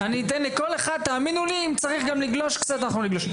אני אתן לכל אחד, אם צריך לגלוש קצת אנחנו נגלוש.